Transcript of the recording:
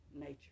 nature